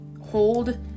hold